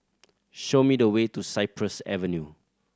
show me the way to Cypress Avenue